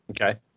Okay